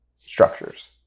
structures